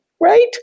Right